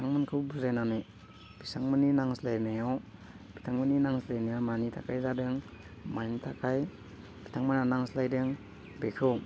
बिथांमोनखौ बुजायनानै बिथांमोननि नांज्लायनायाव बिथांमोननि नांज्लायनाया मानि थाखाय जादों मानि थाखाय बिथांमोना नांज्लायदों बेखौ